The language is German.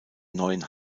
neuen